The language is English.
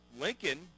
Lincoln